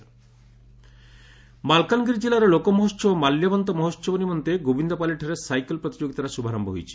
ମାଲ୍ୟବନ୍ତ ମାଲକାନଗିରି ଜିଲ୍ଲାର ଲୋକ ମହୋସ୍ବ ମାଲ୍ୟବନ୍ତ ମହୋସ୍ବ ନିମନ୍ତେ ଗୋବିନ୍ଦପାଲ୍ଲୀଠାରେ ସାଇକେଲ ପ୍ରତିଯୋଗୀତାର ଶୁଭାରମ୍ୟ ହୋଇଛି